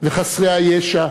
וחסרי הישע,